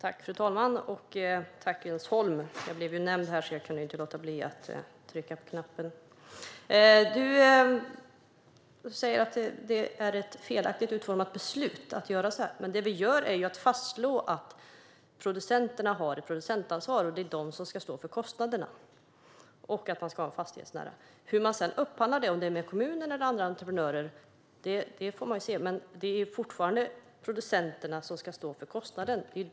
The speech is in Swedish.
Fru talman! Tack, Jens Holm! Jag blev ju nämnd här, så jag kunde inte låta bli att trycka på knappen. Jens Holm säger att det är ett felaktigt beslut att göra så här. Men det vi gör är ju att fastslå att producenterna har ett producentansvar, att det är de som ska stå för kostnaderna och att insamlingen ska vara fastighetsnära. Hur man sedan upphandlar det, om det är med kommunen eller andra entreprenörer, får man se. Men det är fortfarande producenterna som ska stå för kostnaden.